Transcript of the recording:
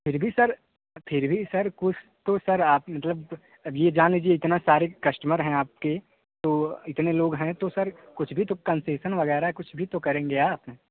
फिर भी सर फिर भी सर कुछ तो सर आप मतलब अब ये जान लीजिए इतने सारे कस्टमर हैं आपके तो इतने लोग हैं तो सर कुछ भी कंसेशन वगैरह कुछ भी तो करेंगे आप